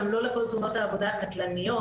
גם לא לכל תאונות העבודה הקטלניות,